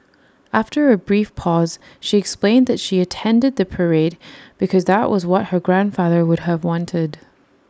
after A brief pause she explained that she attended the parade because that was what her grandfather would have wanted